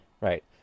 Right